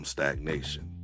Stagnation